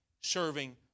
serving